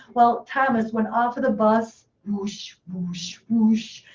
well, thomas went off the bus. whoosh, whoosh, whoosh.